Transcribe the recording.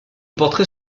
portrait